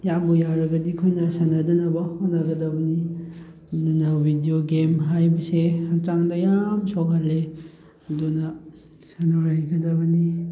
ꯌꯥꯕꯨ ꯌꯥꯔꯒꯗꯤ ꯑꯩꯈꯣꯏꯅ ꯁꯥꯟꯅꯗꯅꯕ ꯍꯣꯠꯅꯒꯗꯕꯅꯤ ꯑꯗꯨꯅ ꯚꯤꯗꯤꯑꯣ ꯒꯦꯝ ꯍꯥꯏꯕꯁꯦ ꯍꯛꯆꯥꯡꯗ ꯌꯥꯝ ꯁꯣꯛꯍꯜꯂꯦ ꯑꯗꯨꯅ ꯁꯥꯟꯅꯔꯣꯏꯒꯗꯕꯅꯤ